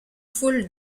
foule